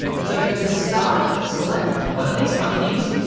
so to start, select one of these companies,